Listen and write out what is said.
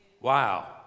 Wow